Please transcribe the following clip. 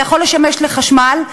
זה יכול לשמש לחשמל,